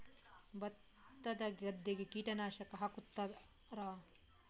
ಭತ್ತದ ಗದ್ದೆಗೆ ಕೀಟನಾಶಕ ಹಾಕುತ್ತಾರಾ?